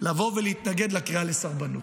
לבוא ולהתנגד לקריאה לסרבנות.